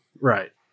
Right